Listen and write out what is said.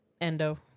Endo